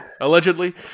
allegedly